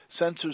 sensors